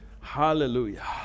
hallelujah